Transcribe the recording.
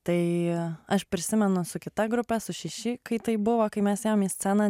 tai aš prisimenu su kita grupe su šeši kai taip buvo kai mes ėjom į sceną